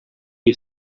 you